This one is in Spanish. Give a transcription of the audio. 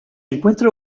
encuentra